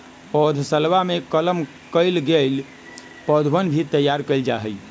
पौधशलवा में कलम कइल गैल पौधवन भी तैयार कइल जाहई